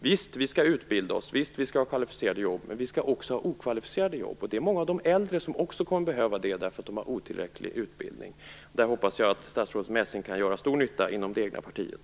Visst skall vi utbilda oss och ha kvalificerade jobb, men vi skall också ha okvalificerade jobb. Också många äldre med otillräcklig utbildning kan behöva det. Därvidlag hoppas jag att statsrådet Messing kan göra stor nytta inom det egna partiet.